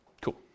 Cool